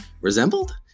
Resembled